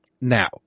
now